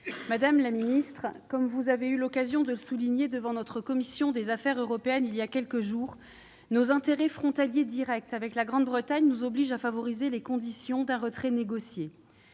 Madame la secrétaire d'État, comme vous avez eu l'occasion de le souligner devant notre commission des affaires européennes il y a quelques jours, nos intérêts frontaliers directs avec la Grande-Bretagne nous obligent à favoriser les conditions d'un retrait négocié.